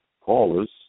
callers